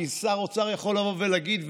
כי שר אוצר יכול לבוא ולהגיד,